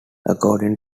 according